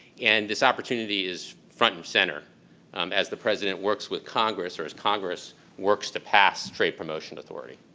and this opportunity is front and center as the president works with congress or as congress works to pass straight promotion authority.